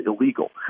illegal